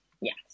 Yes